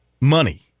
money